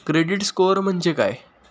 Credit score म्हणजे काय?